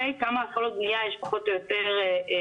כמה התחלות בנייה יש פחות או יותר או צפויות